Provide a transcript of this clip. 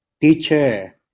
teacher